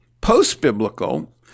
post-biblical